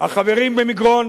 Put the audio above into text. החברים במגרון